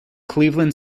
cleveland